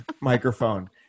microphone